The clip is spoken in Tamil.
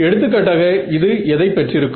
எடுத்துக்காட்டாக இது எதை பெற்றிருக்கும்